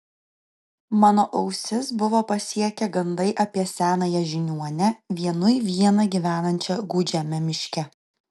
mano ausis buvo pasiekę gandai apie senąją žiniuonę vienui vieną gyvenančią gūdžiame miške